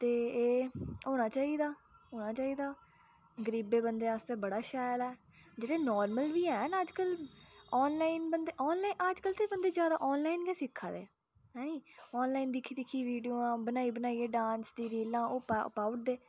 ते एह् होना चाहि्दा होना चाहिदा गरीबै बंदे आस्तै बड़ा शैल ऐ जेह्ड़े नार्मल बी हैन न अज्जकल आनलाइन बंदे आनलाइन अज्जकल ते बंदे ज्यादा आनलाइन गै सिक्खै दे हैनी आनलाइन दी दिक्खी दिक्खी वीडियियां बनाई बनाई डांस दी रीलां ओह् पा पाऊ ओड़दे